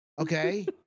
Okay